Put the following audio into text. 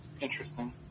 Interesting